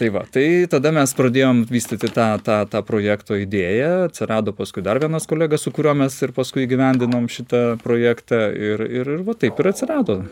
tai va tai tada mes pradėjom vystyti tą tą tą projekto idėją atsirado paskui dar vienas kolega su kuriuo mes ir paskui įgyvendinom šitą projektą ir ir ir va taip ir atsirado